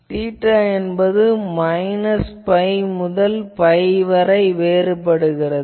theta என்பது minus pi முதல் pi வரை மாறுபடுகிறது